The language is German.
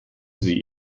sie